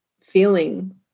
feeling